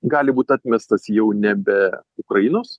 gali būt atmestas jau nebe ukrainos